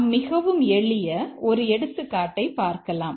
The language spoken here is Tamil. நாம் மிகவும் எளிய ஒரு எடுத்துக்காட்டை பார்க்கலாம்